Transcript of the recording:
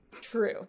True